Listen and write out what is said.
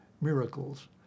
miracles